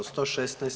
116.